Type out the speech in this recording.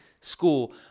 School